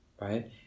right